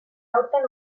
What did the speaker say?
aurten